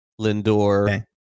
lindor